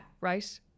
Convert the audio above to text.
right